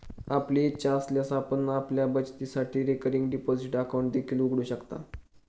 आपली इच्छा असल्यास आपण आपल्या बचतीसाठी रिकरिंग डिपॉझिट अकाउंट देखील उघडू शकता